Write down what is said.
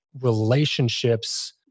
relationships